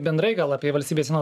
bendrai gal apie valstybės sienos